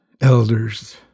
elders